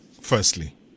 firstly